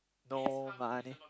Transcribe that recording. no money